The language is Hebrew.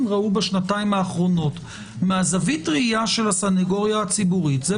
ראו בשנתיים האחרונות מזווית ראייה של הסנגוריה הציבורית-